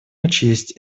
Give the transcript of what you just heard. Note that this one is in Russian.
учесть